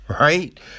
right